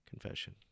Confession